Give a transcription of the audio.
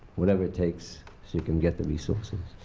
whatever it takes, so you can get the resources.